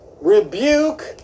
rebuke